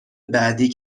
بعدی